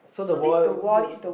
so the wall